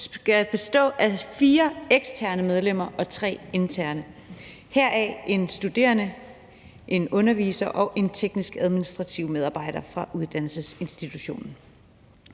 skal bestå af fire eksterne medlemmer og tre interne, heraf en studerende, en underviser og en teknisk administrativ medarbejder fra uddannelsesinstitutionen.